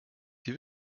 die